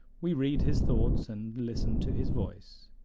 we read his thoughts and listen to his voice.